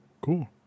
Cool